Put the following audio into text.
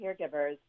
caregivers